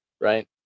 right